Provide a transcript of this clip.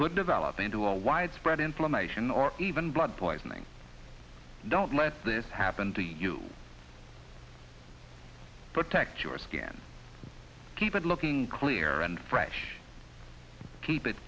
could develop into a widespread inflammation or even blood poisoning don't let this happen to you protect your skin and keep it looking clear and fresh keep it